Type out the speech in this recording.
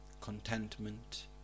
contentment